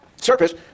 surface